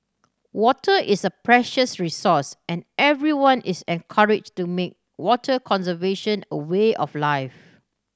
water is a precious resource and everyone is encouraged to make water conservation a way of life